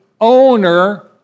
owner